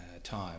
time